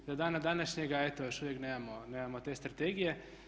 I do dana današnjega eto još uvijek nemamo te strategije.